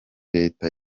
leta